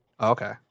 Okay